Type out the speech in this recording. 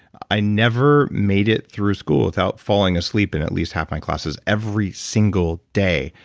i never made it through school without falling asleep in at least half my classes every single day.